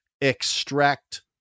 extract